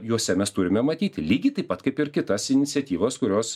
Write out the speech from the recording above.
juose mes turime matyti lygiai taip pat kaip ir kitas iniciatyvas kurios